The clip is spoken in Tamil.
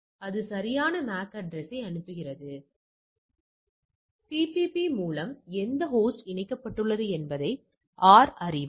எனவே நீங்கள் அவை ஒரே மாதிரியானவற்றிலிருந்து வந்தவையா இல்லையா என்கிற கருதுகோளைப் பார்க்க வேண்டும் என்று நாங்கள் விரும்புகிறோம்